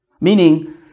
meaning